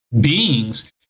beings